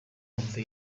wumve